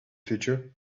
future